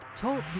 talk